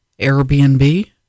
Airbnb